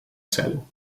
celu